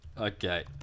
Okay